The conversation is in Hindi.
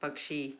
पक्षी